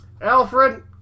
Alfred